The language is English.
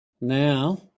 Now